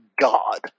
god